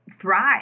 thrive